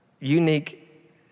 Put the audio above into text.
unique